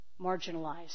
marginalized